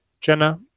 Jenna